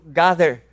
gather